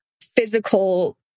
physical